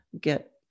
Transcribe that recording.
get